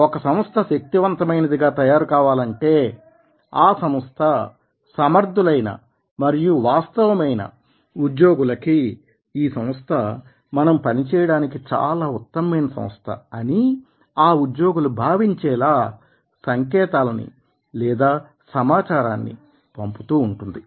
ఒక సంస్థ శక్తివంతమైనదిగా తయారు కావాలంటే ఆ సంస్థ సమర్థులైన మరియు వాస్తవమైన ఉద్యోగులకి ఈ సంస్థ మనం పని చేయడానికి చాలా ఉత్తమమైన సంస్థ అని ఆ ఉద్యోగులు భావించేలా సంకేతాలని లేదా సమాచారాన్ని పంపుతూ ఉంటుంది